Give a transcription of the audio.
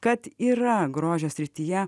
kad yra grožio srityje